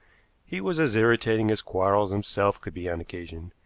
he was as irritating as quarles himself could be on occasion,